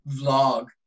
vlog